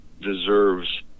deserves